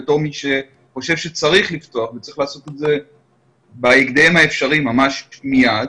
בתור מי שחושב שצריך לפתוח וצריך לעשות את זה בהקדם האפשרי ממש מיד,